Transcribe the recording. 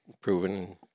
proven